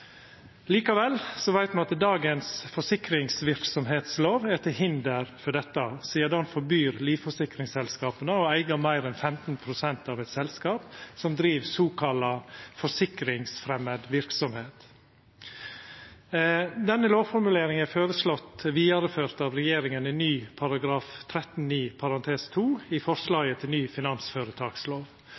veit me at dagens forsikringsverksemdslov er til hinder for dette, sidan ho forbyr livforsikringsselskapa å eiga meir enn 15 pst. av eit selskap som driv «forsikringsfremmed virksomhet». Denne lovformuleringa er føreslått vidareført av regjeringa i ny § 13-9 i forslaget til ny finansføretakslov.